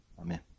amen